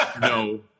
no